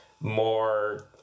more